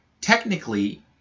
technically